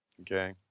Okay